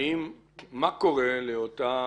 מה קורה לאותה